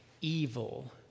evil